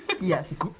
Yes